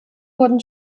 wurden